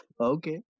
Okay